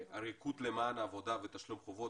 עריקות למען עבודה ותשלום חובות,